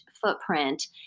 footprint